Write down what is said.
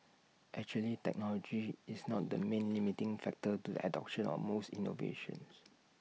actually technology is not the main limiting factor to adoption of most innovations